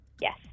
Yes